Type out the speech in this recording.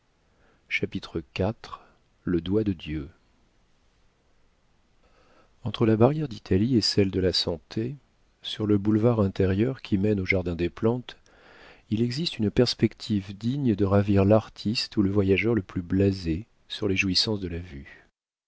bête iv le doigt de dieu entre la barrière d'italie et celle de la santé sur le boulevard intérieur qui mène au jardin-des-plantes il existe une perspective digne de ravir l'artiste ou le voyageur le plus blasé sur les jouissances de la vue